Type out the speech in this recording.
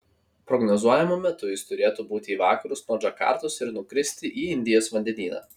prognozuojamu metu jis turėtų būti į vakarus nuo džakartos ir nukristi į indijos vandenyną